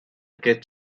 get